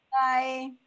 Bye